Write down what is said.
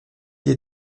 les